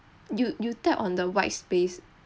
you you tap on the white space